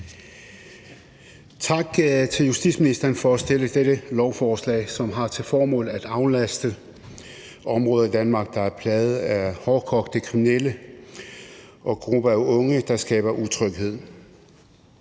Tak til justitsministeren for at fremsætte dette lovforslag, som har til formål at aflaste områder i Danmark, der er plaget af hårdkogte kriminelle og grupper af unge, der skaber utryghed.